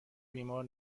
بیمار